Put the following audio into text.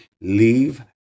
leave